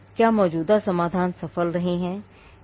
क्या मौजूदा समाधान सफल रहे हैं